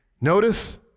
notice